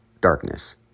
darkness